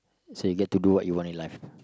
so you get to do what you want in life